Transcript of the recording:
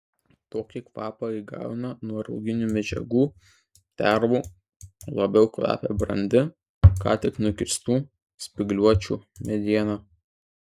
tokį kvapą įgauna nuo rauginių medžiagų dervų labiau kvepia brandi ką tik nukirstų spygliuočių mediena